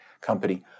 company